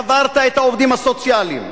קברת את העובדים הסוציאליים,